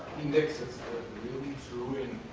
indexes the ruin